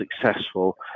successful